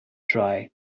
dry